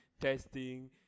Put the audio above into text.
testing